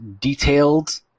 detailed